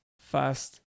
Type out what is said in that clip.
fast